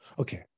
okay